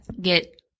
get